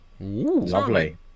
Lovely